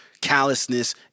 callousness